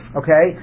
okay